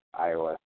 iOS